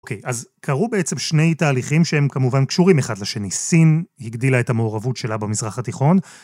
אוקיי, אז קרו בעצם שני תהליכים שהם כמובן קשורים אחד לשני. סין הגדילה את המעורבות שלה במזרח התיכון.